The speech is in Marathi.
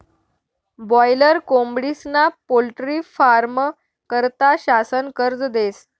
बाॅयलर कोंबडीस्ना पोल्ट्री फारमं करता शासन कर्ज देस